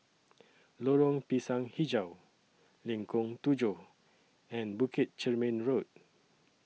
Lorong Pisang Hijau Lengkong Tujuh and Bukit Chermin Road